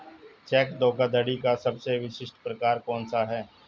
Check धोखाधड़ी का सबसे विशिष्ट प्रकार कौन सा है?